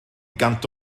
gant